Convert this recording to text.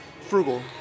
frugal